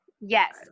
yes